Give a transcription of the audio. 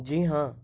جی ہاں